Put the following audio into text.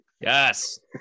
Yes